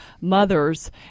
mothers